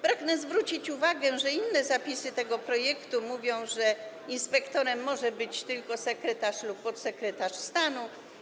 Pragnę zwrócić uwagę, że inne zapisy tego projektu mówią, że inspektorem może być tylko sekretarz lub podsekretarz stanu.